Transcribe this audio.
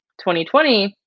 2020